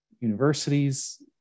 universities